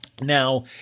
Now